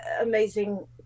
amazing